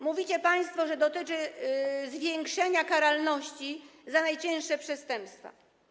Mówicie państwo, że dotyczy to zwiększenia karalności za najcięższe przestępstwa.